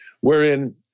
wherein